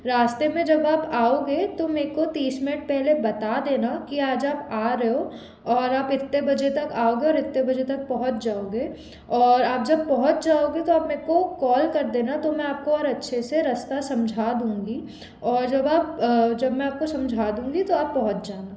रास्ते में जब आप आओगे तो मेको तीस मिनट पहले बता देना कि आज आप आ रहे हो और आप इतने बजे तक आओगे और इतने बजे तक पहुँच जाओगे और आप जब पहुँच जाओगे तो आप मेको कॉल कर देना तो मैं आपको और अच्छे से रस्ता समझा दूँगी और जब आप जब मैं आपको समझा दूँगी तो आप पहुँच जाना